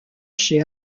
chez